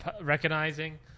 recognizing